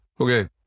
okay